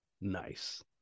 nice